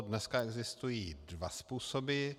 Dneska existují dva způsoby.